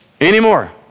anymore